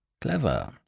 Clever